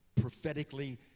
prophetically